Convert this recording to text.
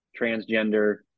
transgender